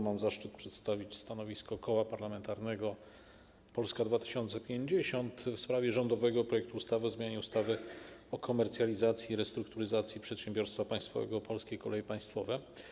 Mam zaszczyt przedstawić stanowisko Koła Parlamentarnego Polska 2050 w sprawie rządowego projektu ustawy o zmianie ustawy o komercjalizacji i restrukturyzacji przedsiębiorstwa państwowego ˝Polskie Koleje Państwowe˝